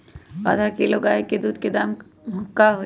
आधा किलो गाय के दूध के का दाम होई?